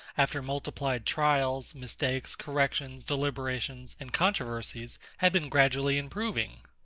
after multiplied trials, mistakes, corrections, deliberations, and controversies, had been gradually improving?